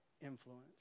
influence